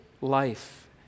life